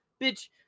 Bitch